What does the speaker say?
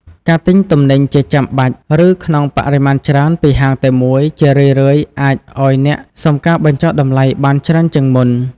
ការទិញទំនិញជាបាច់ ឬក្នុងបរិមាណច្រើនពីហាងតែមួយ ជារឿយៗអាចឱ្យអ្នកសុំការបញ្ចុះតម្លៃបានច្រើនជាងមុន។